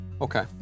Okay